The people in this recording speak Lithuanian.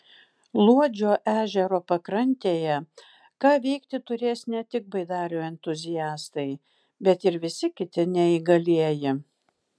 luodžio ežero pakrantėje ką veikti turės ne tik baidarių entuziastai bet ir visi kiti neįgalieji